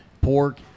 pork